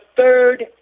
third